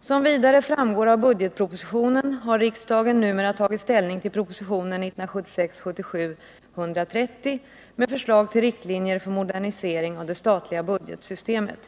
”Som vidare framgår av budgetpropositionen har riksdagen numera tagit ställning till propositionen 1976/77:130 med förslag till riktlinjer för modernisering av det statliga budgetsystemet.